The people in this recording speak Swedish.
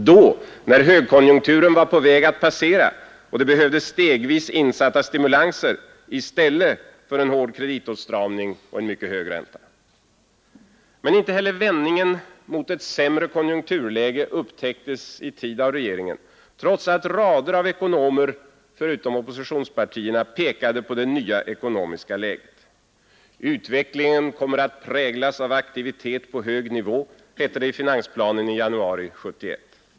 Då — när högkonjunkturen var på väg att passera och det behövdes stegvis insatta stimulanser i stället för hård kreditåtstramning och en mycket hög ränta! Men inte heller vändningen mot det sämre konjunkturläget upptäcktes i tid av regeringen, trots att rader av ekonomer förutom oppositionspartierna pekade på det nya ekonomiska läget. Utvecklingen kommer att präglas av aktivitet på hög nivå, hette det i finansplanen i januari 1971.